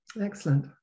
Excellent